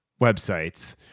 websites